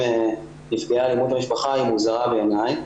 נפגעי אלימות במשפחה היא מוזרה בעיניי.